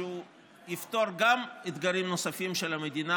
שיפתור גם אתגרים נוספים של המדינה,